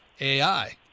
AI